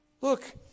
Look